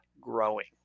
growing